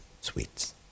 sweets